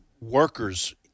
workers